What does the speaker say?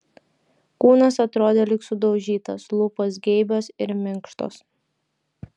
kūnas atrodė lyg sudaužytas lūpos geibios ir minkštos